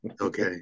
okay